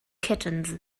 kittens